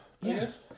Yes